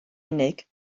unig